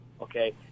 Okay